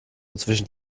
zwischen